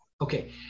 Okay